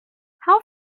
how